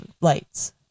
lights